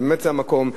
באמת זה המקום,